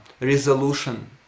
resolution